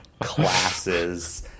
classes